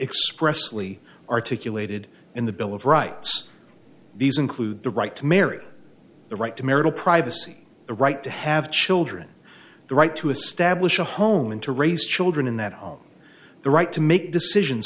expressively articulated in the bill of rights these include the right to marry the right to marital privacy the right to have children the right to establish a home and to raise children in that home the right to make decisions